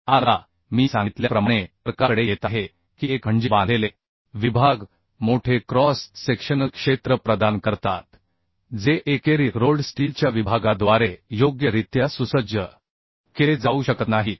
आता मी सांगितल्याप्रमाणे तर्काकडे येत आहे की एक म्हणजे बांधलेले विभाग मोठे क्रॉस सेक्शनल क्षेत्र प्रदान करतात जे एकेरी रोल्ड स्टीलच्या विभागाद्वारे योग्यरित्या सुसज्ज केले जाऊ शकत नाहीत